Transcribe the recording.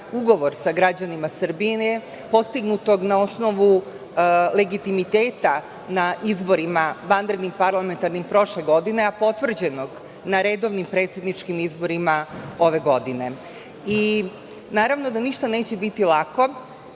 ugovor sa građanima Srbije postignutog na osnovu legitimiteta na izborima, vanrednim parlamentarnim prošle godine, a potvrđenog na redovnim predsedničkim izborima ove godine. Naravno da ništa neće biti lako,